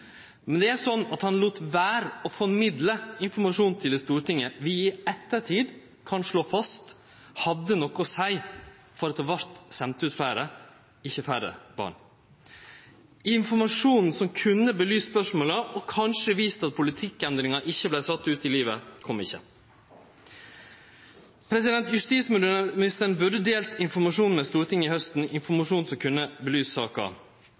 Men det er slik at han lét vere å formidle informasjon til Stortinget, noko vi i ettertid kan slå fast hadde noko å seie for at det vart sendt ut fleire – ikkje færre – barn. Informasjon som kunne belyst spørsmåla, og kanskje vist at politikkendringa ikkje vart sett ut i livet, kom ikkje. Justisministeren burde delt informasjon med Stortinget i haust, informasjon som kunne belyst saka.